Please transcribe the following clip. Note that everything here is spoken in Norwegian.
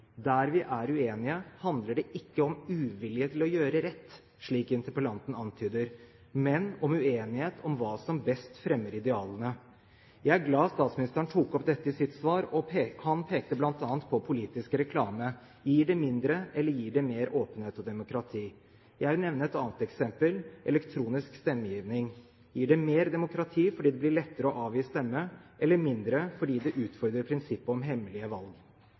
Der vi er uenige, handler det ikke om uvilje til å gjøre rett, slik interpellanten antyder, men om uenighet om hva som best fremmer idealene. Jeg er glad for at statsministeren tok opp dette i sitt svar. Han pekte bl.a. på politisk reklame. Gir det mindre, eller gir det mer åpenhet og demokrati? Jeg vil nevne et annet eksempel: elektronisk stemmegivning. Gir det mer demokrati fordi det blir lettere å avgi stemme, eller mindre fordi det utfordrer prinsippet om hemmelige valg?